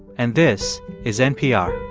and this is npr